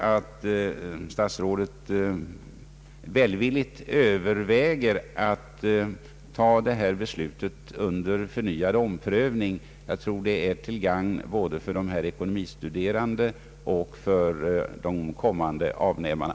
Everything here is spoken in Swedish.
Jag ber statsrådet att välvilligt överväga att ta detta beslut under förnyad omprövning. Jag tror det skulle vara till gagn både för dessa ekonomistuderande och för de kommande avnämarna.